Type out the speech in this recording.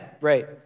right